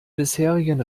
bisherigen